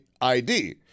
ID